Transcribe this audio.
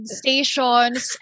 stations